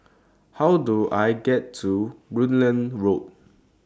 How Do I get to Rutland Road